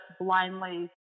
blindly